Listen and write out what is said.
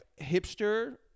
hipster